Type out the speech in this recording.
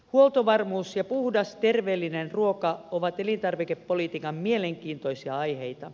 huoltovarmuus ja puhdas terveellinen ruoka ovat elintarvikepolitiikan mielenkiintoisia aiheita